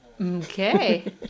Okay